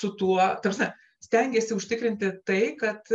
su tuo ta prasme stengiasi užtikrinti tai kad